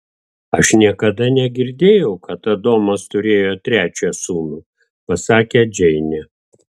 aš niekada negirdėjau kad adomas turėjo trečią sūnų pasakė džeinė